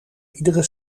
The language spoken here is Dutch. iedere